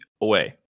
away